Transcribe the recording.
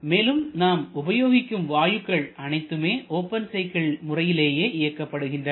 மேலும் நாம் உபயோகிக்கும் வாயுக்கள் அனைத்துமே ஓபன் சைக்கிள் முறையிலேயே இயக்கப்படுகின்றன